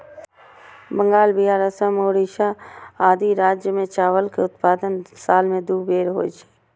बंगाल, बिहार, असम, ओड़िशा आदि राज्य मे चावल के उत्पादन साल मे दू बेर होइ छै